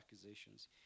accusations